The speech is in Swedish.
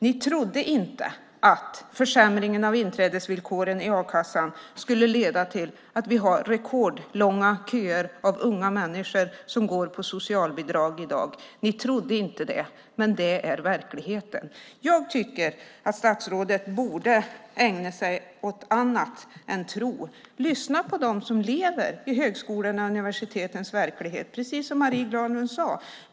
Ni trodde inte att försämringen av inträdesvillkoren i a-kassan skulle leda till att vi skulle få rekordlånga köer av unga människor som går på socialbidrag i dag. Ni trodde inte det, men det är verkligheten. Jag tycker att statsrådet borde ägna sig åt annat än att tro. Lyssna på dem som lever i högskolornas och universitetens verklighet. Det är precis som Marie Granlund sade.